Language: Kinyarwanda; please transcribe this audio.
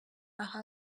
aha